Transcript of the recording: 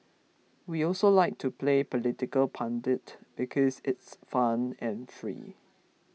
we also like to play political pundit because it's fun and free